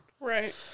Right